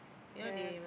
yeah